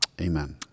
Amen